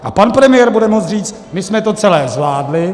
A pan premiér bude moci říct, my jsme to celé zvládli.